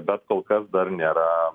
bet kol kas dar nėra